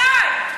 מתי?